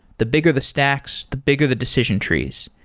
the bigger the stacks, the bigger the decision trees,